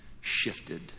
shifted